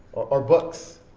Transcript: or books,